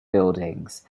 buildings